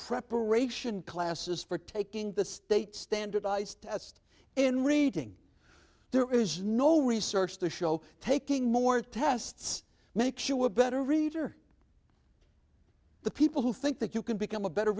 preparation classes for taking the state standardized test in reading there is no research to show taking more tests make sure we're better reader the people who think that you can become a better